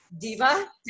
diva